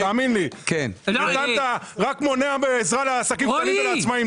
אתה רק מונע עזרה לעסקים קטנים ולעצמאים.